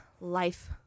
Life